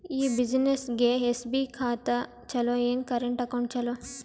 ಈ ಬ್ಯುಸಿನೆಸ್ಗೆ ಎಸ್.ಬಿ ಖಾತ ಚಲೋ ಏನು, ಕರೆಂಟ್ ಅಕೌಂಟ್ ಚಲೋ?